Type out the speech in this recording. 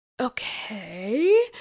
okay